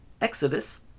Exodus